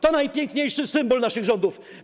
To najpiękniejszy symbol naszych rządów.